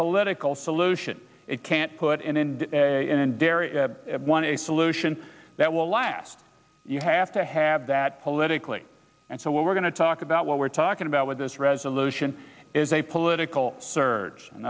political solution it can't put in in a one a solution that will last you have to have that politically and so what we're going to talk about what we're talking about with this resolution is a political surge and